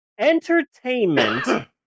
Entertainment